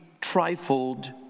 trifled